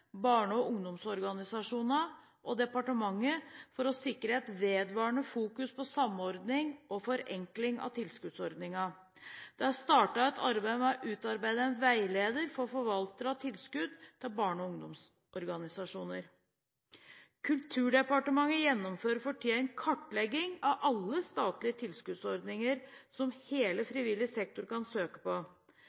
barne- og ungdomsorganisasjonene og departementet for å sikre et vedvarende fokus på samordning og forenkling av tilskuddsordninger. Det er startet et arbeid med å utarbeide en veileder for forvaltere av tilskudd til barne- og ungdomsorganisasjoner. Kulturdepartementet gjennomfører for tiden en kartlegging av alle statlige tilskuddsordninger som hele frivillig sektor kan søke på.